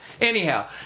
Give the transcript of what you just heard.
Anyhow